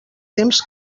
temps